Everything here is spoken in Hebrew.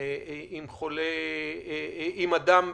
עם אדם בסיכון,